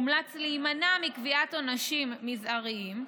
מומלץ להימנע מקביעת עונשים מזעריים,